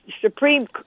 Supreme